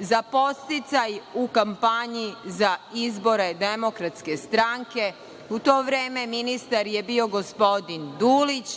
za podsticaj u kampanji za izbore demokratske stranke. U to vreme, ministar je bio gospodin Dulić,